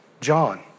John